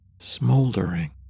smoldering